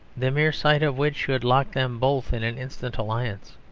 the mere sight of which should lock them both in an instant alliance.